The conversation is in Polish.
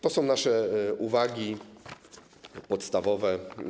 To są nasze uwagi podstawowe.